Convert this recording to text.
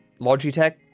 Logitech